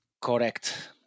Correct